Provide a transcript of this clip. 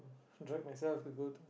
drag myself to go to